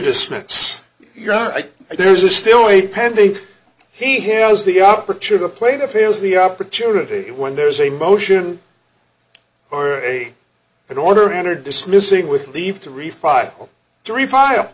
dismiss your idea there's a still a pending he has the opportunity to play the fails the opportunity when there's a motion or an order entered dismissing with leave to refile to refile